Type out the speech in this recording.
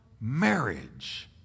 marriage